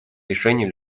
решений